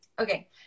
Okay